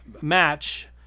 match